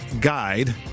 guide